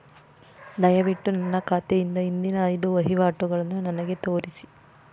ದಯವಿಟ್ಟು ನನ್ನ ಖಾತೆಯಿಂದ ಹಿಂದಿನ ಐದು ವಹಿವಾಟುಗಳನ್ನು ನನಗೆ ತೋರಿಸಿ